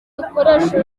bikoresha